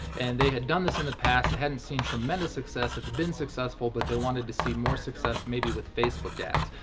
and they had done this in the past. they hadn't seen tremendous success. it's been successful, but they wanted to see more success, maybe with facebook ads.